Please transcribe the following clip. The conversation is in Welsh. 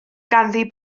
ganddi